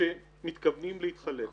שמתכוונים להתחלק בו.